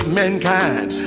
mankind